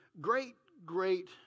great-great